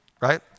right